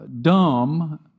dumb